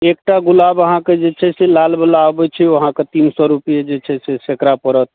एकटा गुलाब अहाँके जे छै से लालवला अबै छै अहाँके तीन सओ रुपैए जे छै से सैकड़ा पड़त